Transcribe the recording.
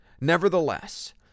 Nevertheless